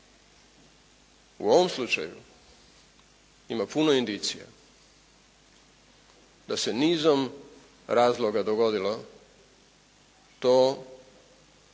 U ovom slučaju ima puno indicija da se nizom razloga dogodilo to da